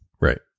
Right